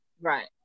right